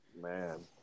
Man